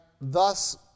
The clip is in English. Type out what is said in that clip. thus